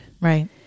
Right